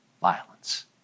violence